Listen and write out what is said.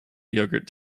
yogurt